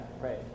right